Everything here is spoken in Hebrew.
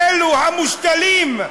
האלה, המושתלים,